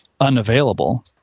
unavailable